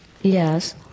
Yes